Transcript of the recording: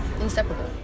inseparable